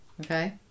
okay